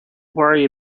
worry